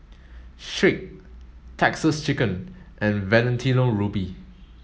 Schick Texas Chicken and Valentino Rudy